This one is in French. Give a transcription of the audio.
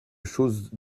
chose